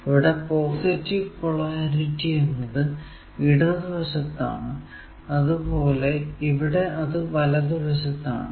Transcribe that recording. ഇവിടെ positive polarity എന്നത് ഇടതുവശത്താണ് അതുപോലെ ഇവിടെ അത് വലതുവശത്താണ്